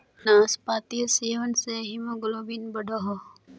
नास्पातिर सेवन से हीमोग्लोबिन बढ़ोह